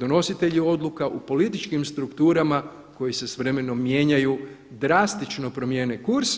donositelji odluka u političkim strukturama koji se s vremenom mijenjaju drastično promijene kurs.